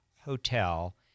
hotel